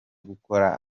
gukora